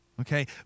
Okay